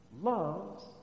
loves